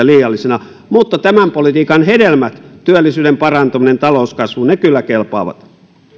liiallisina mutta tämän politiikan hedelmät työllisyyden parantuminen talouskasvu kyllä kelpaavat